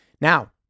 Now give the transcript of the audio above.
Now